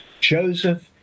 Joseph